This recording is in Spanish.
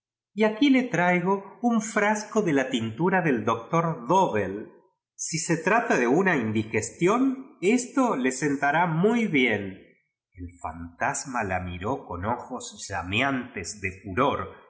y aquí le traigo un frasco de la tintura del doctor dobell si se trata do una indigestión esto le sentará muy bien el fantasma la miro con ojos llameantes de furor y